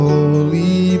Holy